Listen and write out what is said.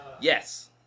Yes